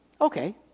okay